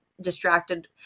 distracted